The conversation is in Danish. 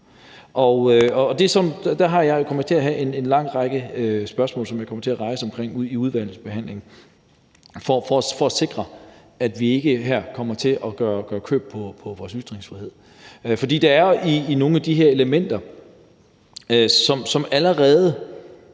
Der kommer jeg til at have en lang række spørgsmål, som jeg kommer til at rejse i udvalgsbehandlingen for at sikre, at vi ikke her kommer til at give køb på vores ytringsfrihed. Der er jo nogle af de her elementer, som allerede